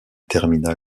termina